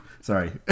sorry